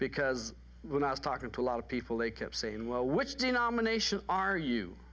because when i was talking to a lot of people they kept saying well which denomination are you